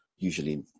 usually